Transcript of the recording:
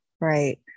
right